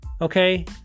Okay